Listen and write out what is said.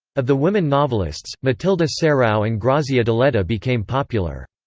of the women novelists, matilde serao and grazia deledda became popular.